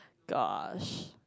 gosh